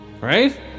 right